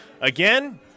again